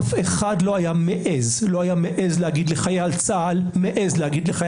אף אחד לא היה מעז להגיד לחייל צהל שהוא